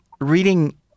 reading